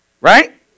Right